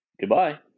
Goodbye